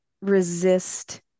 resist